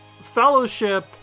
Fellowship